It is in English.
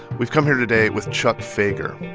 we've come here today with chuck fager.